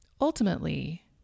Ultimately